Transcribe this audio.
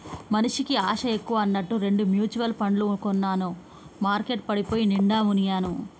మనిషికి ఆశ ఎక్కువ అన్నట్టు రెండు మ్యుచువల్ పండ్లు కొన్నాను మార్కెట్ పడిపోయి నిండా మునిగాను